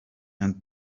and